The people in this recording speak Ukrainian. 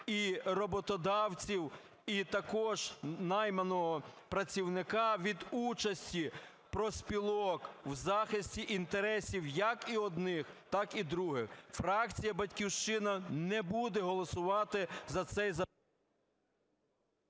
і роботодавців, і також найманого працівника від участі профспілок у захисті інтересів, як і одних, так і других. Фракція "Батьківщина" не буде голосувати за цей...